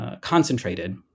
concentrated